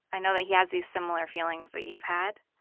i know that he has these similar feelings that you've had.